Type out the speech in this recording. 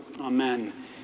Amen